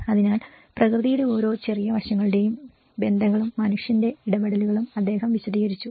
അതിനാൽ പ്രകൃതിയുടെ ഓരോ ചെറിയ വശങ്ങളുടെയും ബന്ധങ്ങളും മനുഷ്യന്റെ ഇടപെടലുകളും അദ്ദേഹം വിശദീകരിച്ചു